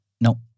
No